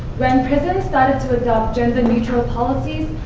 when prisons started to adopt gender-neutral policies,